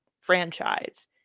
franchise